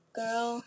girl